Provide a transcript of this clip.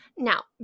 Now